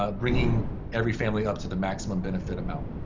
ah bringing every family up to the maximum benefit amount.